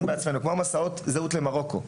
אותם בעצמנו כמו מסעות הזהות למרוקו,